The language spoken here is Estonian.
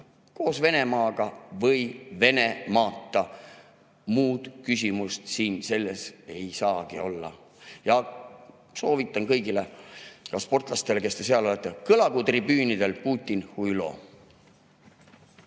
koos Venemaaga või Venemaata? Muud küsimust siin ei saagi olla. Soovitan kõigile sportlastele, kes te seal olete, kõlagu tribüünilt: "Putin – huilo".